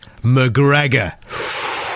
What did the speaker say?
McGregor